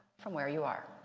from where you are.